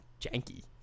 janky